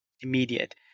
immediate